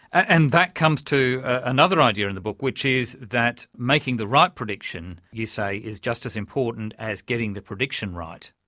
and that comes to another idea in the book which is that making the right prediction, you say, is just as important as getting the prediction right.